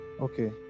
Okay